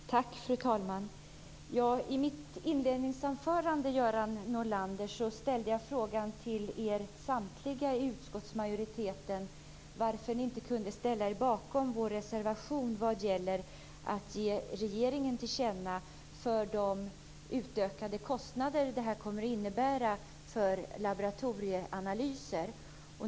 Fru talman! I mitt inledningsanförande ställde jag frågan till er samtliga i utskottsmajoriteten varför ni inte kunde ställa er bakom vårt förslag i reservationen vad gäller att ge regeringen till känna att det här kommer att innebära utökade kostnader för laboratorieanalyser.